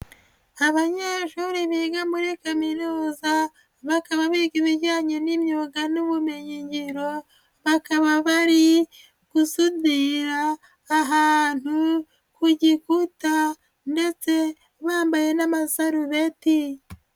Abanyeshuri biga muri kaminuza bakaba biga ibijyanye n'imyuga n'ubumenyigiro bakaba bari gusudira ahantu ku kihuta ndetse bambaye n'amasarureti.